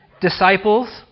disciples